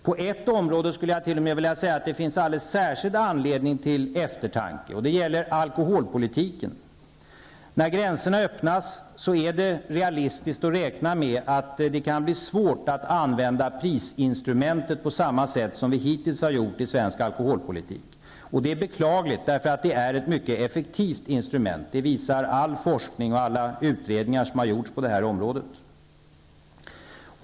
På ett område skulle jag t.o.m. vilja säga att det finns alldeles särskild anledning till eftertanke, och det gäller alkoholpolitiken. När gränserna öppnas är det realistiskt att räkna med att det kan bli svårt att använda prisinstrumentet på det sätt som vi hittills har gjort i svensk alkoholpolitik. Det är beklagligt därför att prisinstrumentet är mycket effektivt -- detta visar all forskning och alla utredningar som har gjorts på området.